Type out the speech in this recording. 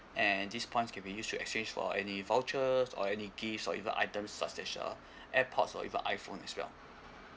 and these points can be used to exchange for any vouchers or any gifts or even items such as a airpod or iphone as well